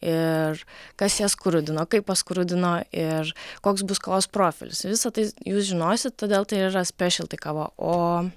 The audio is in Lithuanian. ir kas ją skrudino kaip paskrudino ir koks bus kavos profilis visa tai jūs žinosit todėl tai yra spešelty kava o